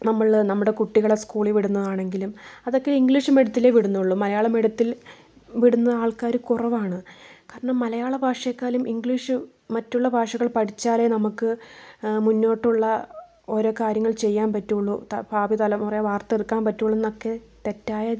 നമ്മള് നമ്മുടെ കുട്ടികളെ സ്കൂളില് വിടുന്നത് ആണെങ്കിലും അതൊക്കെ ഇംഗ്ലീഷ് മീഡിയത്തിലേ വിടുന്നുള്ളു മലയാളം മീഡിയത്തില് വിടുന്ന ആള്ക്കാര് കുറവാണ് കാരണം മലയാള ഭാഷയെക്കാലും ഇംഗ്ലീഷ് മറ്റുള്ള ഭാഷകള് പഠിച്ചാലേ നമുക്ക് മുന്നോട്ടുള്ള ഓരോ കാര്യങ്ങള് ചെയ്യാന് പറ്റുള്ളൂ ഭാവി തലമുറയെ വാര്ത്തെടുക്കാന് പറ്റുള്ളൂ എന്നൊക്കെ തെറ്റായ